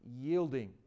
yielding